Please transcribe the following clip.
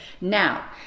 Now